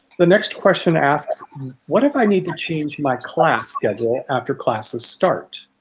the next question asks what if i need to change my class schedule after classes start?